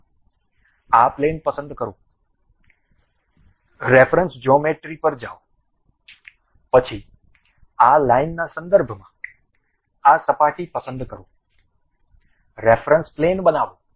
પ્રથમ આ પ્લેન પસંદ કરો રેફરન્સ જ્યોમેટ્રી પર જાઓ પછી આ લાઈનના સંદર્ભમાં આ સપાટી પસંદ કરો રેફરન્સ પ્લેન બનાવો